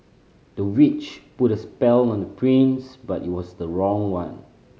the witch put a spell on the prince but it was the wrong one